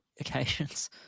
occasions